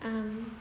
um